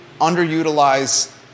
underutilized